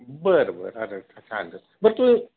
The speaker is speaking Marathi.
बरं बरं बरं तू